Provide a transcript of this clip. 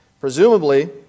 Presumably